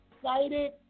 excited